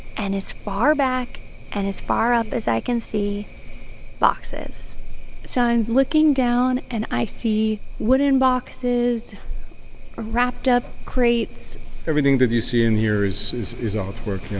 and as far back and as far up as i can see boxes so i'm looking down, and i see wooden boxes or wrapped-up crates everything that you see in here is is artwork, yeah.